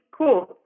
Cool